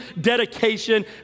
dedication